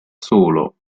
solo